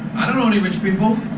i don't know any rich people.